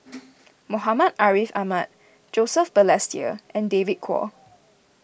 Muhammad Ariff Ahmad Joseph Balestier and David Kwo